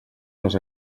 les